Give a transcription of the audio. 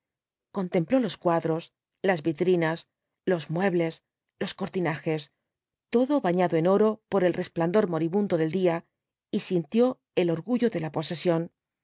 contempló los cuadros las vitrinas los muebles los cortinajes todo bañado en oro por el resplandor moribundo del día y sintió el orgullo de la posesión